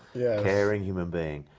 yeah caring human being.